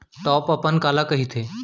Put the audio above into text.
Top अपन काला कहिथे?